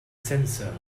sensor